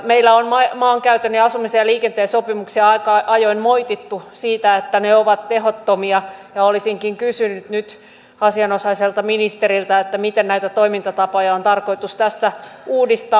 meillä on maankäytön asumisen ja liikenteen sopimuksia aika ajoin moitittu siitä että ne ovat tehottomia ja olisinkin kysynyt nyt asianosaiselta ministeriltä miten näitä toimintatapoja on tarkoitus tässä uudistaa